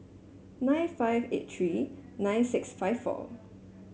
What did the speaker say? nine five eight three nine six five four